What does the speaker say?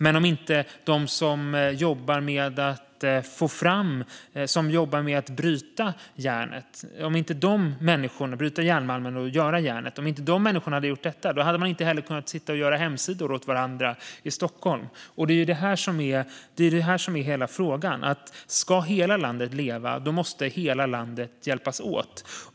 Men om inte de människor som jobbar med att bryta järnmalmen och göra järnet hade gjort det hade man inte heller kunnat sitta och göra hemsidor åt varandra i Stockholm. Det är detta som är hela frågan. Ska hela landet leva måste alla landets delar hjälpas åt.